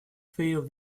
fail